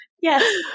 Yes